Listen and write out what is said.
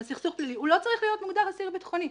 הוא לא צריך להיות מוגדר אסיר ביטחוני.